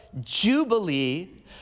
Jubilee